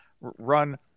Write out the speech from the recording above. run